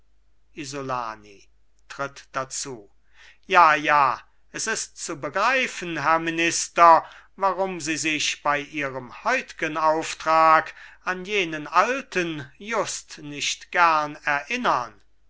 isolani tritt dazu ja ja s ist zu begreifen herr minister warum sie sich bei ihrem heutgen auftrag an jenen alten just nicht gern erinnern